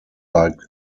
like